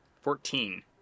Fourteen